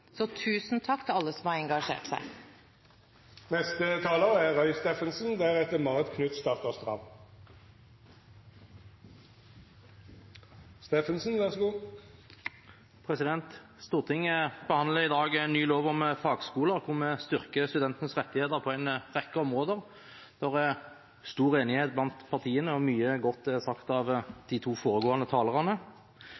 Tusen takk til alle som har engasjert seg. Stortinget behandler i dag en ny lov om fagskoler, der vi styrker studentenes rettigheter på en rekke områder. Det er stor enighet blant partiene, og mye godt er sagt av